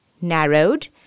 narrowed